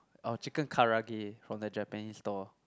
orh chicken karaage from the Japanese store